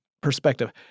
perspective